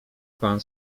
pan